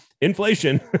Inflation